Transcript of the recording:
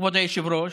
כבוד היושב-ראש,